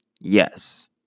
Yes